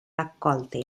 raccolte